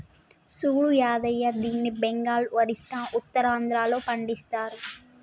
సూడు యాదయ్య దీన్ని బెంగాల్, ఒరిస్సా, ఉత్తరాంధ్రలో పండిస్తరు